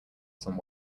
some